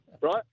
right